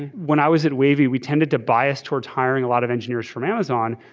when i was at wavii, we tended to bias towards hiring a lot of engineers from amazon.